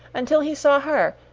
until he saw her,